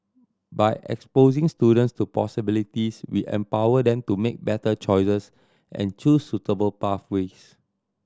by exposing students to possibilities we empower them to make better choices and choose suitable pathways